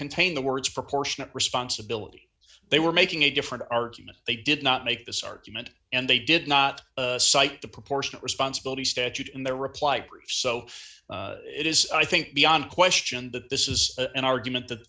contain the words proportionate responsibility they were making a different argument they did not make this argument and they did not cite the proportionate responsibility statute in their reply proof so it is i think beyond question that this is an argument that